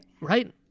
right